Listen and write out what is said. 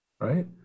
right